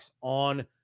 on